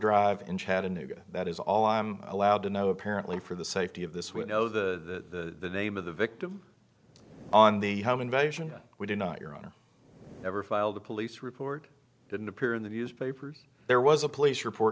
drive in chattanooga that is all i'm allowed to know apparently for the safety of this we know the name of the victim on the home invasion we do not your honor ever filed a police report didn't appear in the newspapers there was a police report